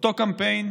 אותו קמפיין,